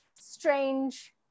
strange